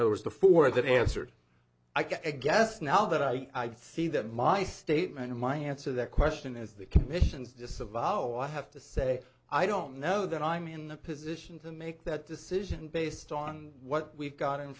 of them answered i guess now that i see that my statement or my answer that question is the commission's disavowal i have to say i don't know that i'm in the position to make that decision based on what we've got in